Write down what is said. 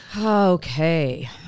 Okay